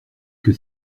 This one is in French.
que